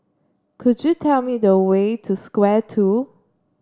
could you tell me the way to Square Two